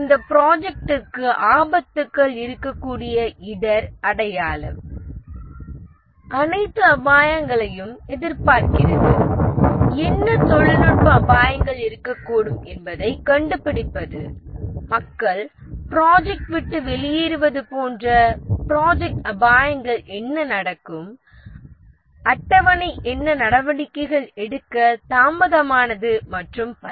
இந்த ப்ராஜெக்டிற்கு ஆபத்துக்கள் இருக்கக்கூடிய இடர் அடையாளம் அனைத்து அபாயங்களையும் எதிர்பார்க்கிறது என்ன தொழில்நுட்ப அபாயங்கள் இருக்கக்கூடும் என்பதைக் கண்டுபிடிப்பது மக்கள் ப்ராஜெக்ட் விட்டு வெளியேறுவது போன்ற ப்ராஜெக்ட் அபாயங்கள் என்ன நடக்கும் அட்டவணை என்ன நடவடிக்கைகள் எடுக்க தாமதமானது மற்றும் பல